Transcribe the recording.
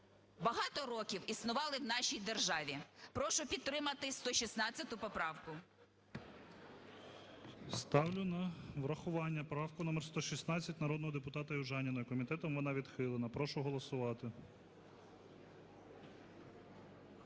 багато років існували в нашій державі. Прошу підтримати 116 поправку. ГОЛОВУЮЧИЙ. Ставлю на врахування правку номер 116 народного депутата Южаніної. Комітетом вона відхилена. Прошу голосувати.